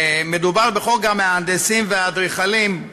מדובר בחוק המהנדסים והאדריכלים,